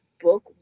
book